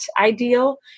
ideal